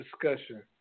discussion